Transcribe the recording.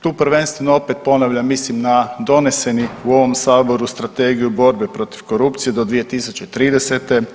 Tu prvenstveno opet ponavljam mislim na doneseni u ovom Saboru Strategiju borbe protiv korupcije do 2030.